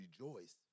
rejoice